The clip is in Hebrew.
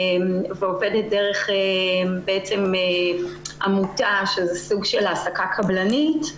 ועובדת דרך עמותה, שזה סוג של העסקה קבלנית,